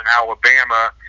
Alabama